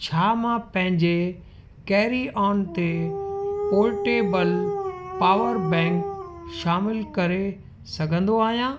छा मां पंहिंजे कैरी ऑन ते पोर्टेबल पावर बैंक शामिलु करे सघंदो आहियां